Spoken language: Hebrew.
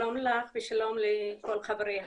שלום לך ושלום לכל חברי